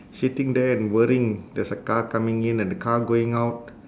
sitting there and worrying there's a car coming in and a car going out